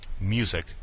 music